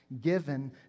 given